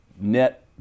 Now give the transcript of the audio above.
net